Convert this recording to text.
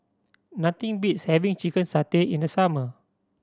nothing beats having chicken satay in the summer